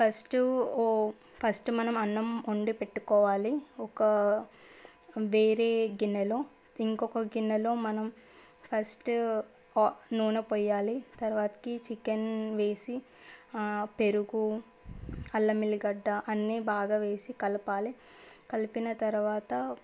first first మనం అన్నం వండి పెట్టుకోవాలి ఒక వేరే గిన్నెలో ఇంకొక గిన్నెలో మనం ఫస్ట్ నూనె పోయాలి తరువాతకి చికెన్ వేసి పెరుగు అల్లం ఎల్లిగడ్డ అన్ని బాగా వేసి కలపాలి కలిపిన తరువాత